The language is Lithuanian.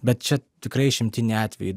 bet čia tikrai išimtini atvejai